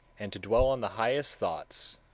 and to dwell on the highest thoughts